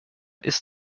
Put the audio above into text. ist